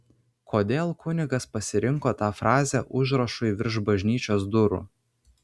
kodėl kunigas pasirinko tą frazę užrašui virš bažnyčios durų